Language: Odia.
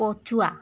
ପଛୁଆ